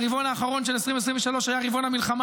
הרבעון האחרון של 2023 היה רבעון מלחמה